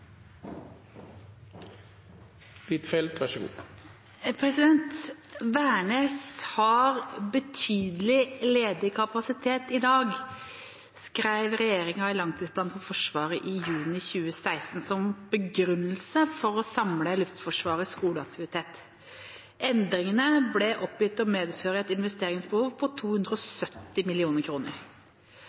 har betydelig ledig kapasitet i dag», skrev regjeringen i langtidsplanen for Forsvaret i juni 2016 som begrunnelse for å samle Luftforsvarets skoleaktivitet. Endringene ble oppgitt å medføre et investeringsbehov på 270